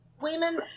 women